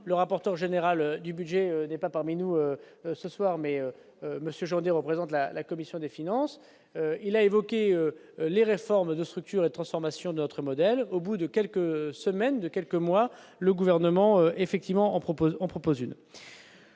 le rapporteur général. Du budget n'est pas parmi nous ce soir, mais Monsieur Jordi représente la la commission des finances. Il a évoqué les réformes de structure et transformation de notre modèle au bout de quelques semaines, de quelques mois le gouvernement effectivement